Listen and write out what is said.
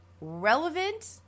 Relevant